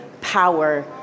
power